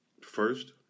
first